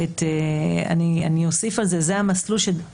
ואני ונועה עבדנו על החוק הזה.